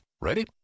Ready